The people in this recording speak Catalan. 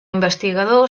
investigador